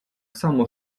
samo